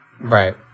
Right